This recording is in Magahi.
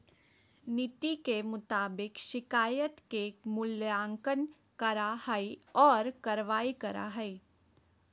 नीति के मुताबिक शिकायत के मूल्यांकन करा हइ और कार्रवाई करा हइ